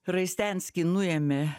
raistenskį nuėmė